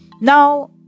Now